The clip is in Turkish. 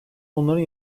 bunların